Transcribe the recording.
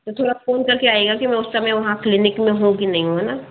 तो थोड़ा फ़ोन कर के आइएगा कि मैं उस समय वहाँ क्लिनिक में हूँ कि नहीं हूँ